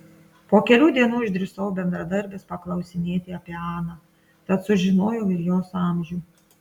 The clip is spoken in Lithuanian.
po kelių dienų išdrįsau bendradarbės paklausinėti apie aną tad sužinojau ir jos amžių